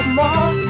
more